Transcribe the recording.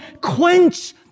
quench